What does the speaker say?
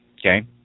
okay